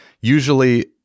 usually